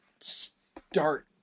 start